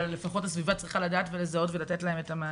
אבל לפחות הסביבה צריכה לדעת לזהות ולתת להם מענה.